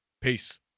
Peace